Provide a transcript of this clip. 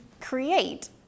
create